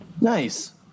Nice